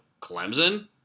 Clemson